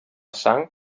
sang